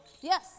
Yes